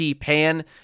Pan